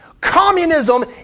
Communism